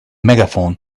megaphone